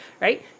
right